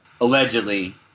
allegedly